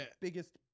biggest –